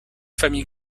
famille